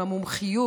עם המומחיות,